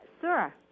Sir